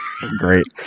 great